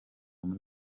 muri